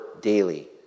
daily